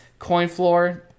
CoinFloor